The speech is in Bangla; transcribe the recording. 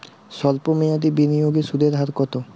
সল্প মেয়াদি বিনিয়োগে সুদের হার কত?